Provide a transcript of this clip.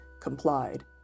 complied